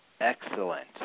Excellent